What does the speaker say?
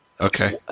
Okay